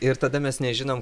ir tada mes nežinom